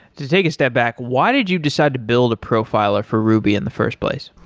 to take a step back, why did you decide to build a profiler for ruby in the first place?